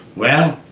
well,